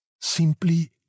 simply